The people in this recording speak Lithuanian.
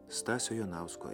stasio jonausko